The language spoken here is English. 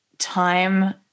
Time